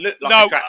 no